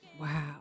Wow